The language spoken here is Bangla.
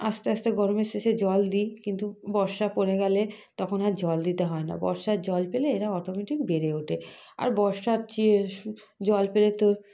আস্তে আস্তে গরমের শেষে জল দিই কিন্তু বর্ষা পড়ে গেলে তখন আর জল দিতে হয় না বর্ষার জল পেলে এরা অটোমেটিক বেড়ে ওঠে আর বর্ষার চেয়ে জল পেলে তো